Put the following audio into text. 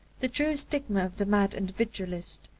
the true stigma of the mad individualist,